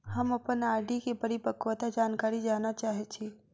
हम अप्पन आर.डी केँ परिपक्वता जानकारी जानऽ चाहै छी